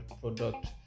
product